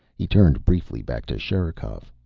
he turned briefly back to sherikov.